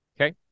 Okay